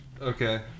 Okay